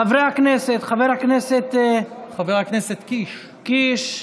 חבר הכנסת קיש,